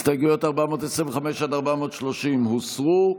הסתייגויות 425 עד 430 הוסרו.